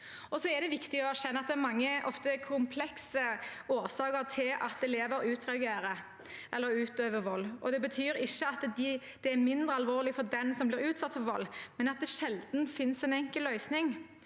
Det er viktig å erkjenne at det er mange og ofte komplekse årsaker til at elever utagerer eller utøver vold. Det betyr ikke at det er mindre alvorlig for den som blir utsatt for vold, men at det sjelden finnes en enkel løsning.